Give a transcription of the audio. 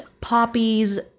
Poppy's